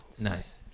Nice